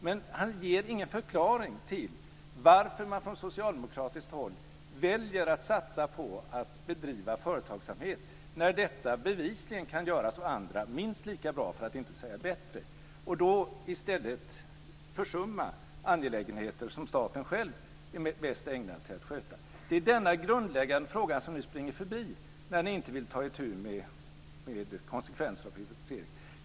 Men han ger ingen förklaring till att man från socialdemokratiskt håll väljer att satsa på att bedriva företagsamhet när detta bevisligen kan göras av andra minst lika bra, för att inte säga bättre, och då i stället försumma angelägenheter som staten själv är bäst ägnad att sköta. Denna grundläggande fråga springer ni förbi när ni inte vill ta itu med konsekvensarbetet.